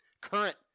current